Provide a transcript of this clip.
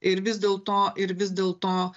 ir vis dėlto ir vis dėlto